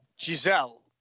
Giselle